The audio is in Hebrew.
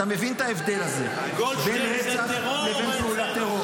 אתה מבין את ההבדל הזה בין רצח לבין פעולת טרור.